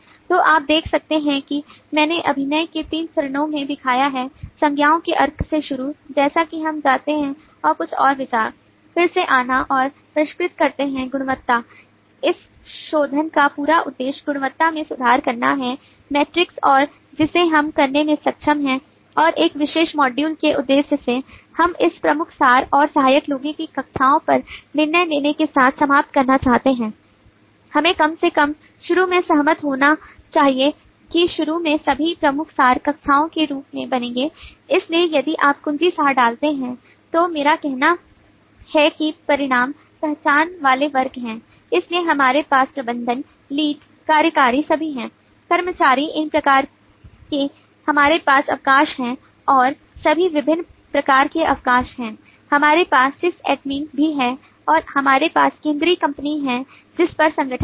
तो आप देख सकते हैं कि मैंने अभिनय के तीन चरणों में दिखाया है संज्ञाओं के अर्क से शुरू जैसा कि हम जाते हैं और कुछ और विचार फिर से आना और परिष्कृत करते हैं गुणवत्ता इस शोधन का पूरा उद्देश्य गुणवत्ता में सुधार करना है मेट्रिक्स और जिसे हम करने में सक्षम हैं और इस विशेष module के उद्देश्य से हम इस प्रमुख सार और सहायक लोगों की कक्षाओं पर निर्णय लेने के साथ समाप्त करना चाहते हैं हमें कम से कम शुरू में सहमत होना चाहिए कि शुरू में सभी प्रमुख सार कक्षाओं के रूप में बनेंगे इसलिए यदि आप कुंजी सार डालते हैं तो मेरा कहना है कि परिणामी पहचान वाले वर्ग हैं इसलिए हमारे पास प्रबंधक lead कार्यकारी सभी हैं कर्मचारी इन प्रकार के हमारे पास अवकाश है और सभी विभिन्न प्रकार के अवकाश हैं हमारे पास SysAdmin भी है और हमारे पास केंद्रीय कंपनी है जिस पर संगठन है